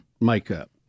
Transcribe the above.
makeup